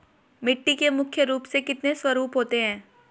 मिट्टी के मुख्य रूप से कितने स्वरूप होते हैं?